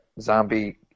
Zombie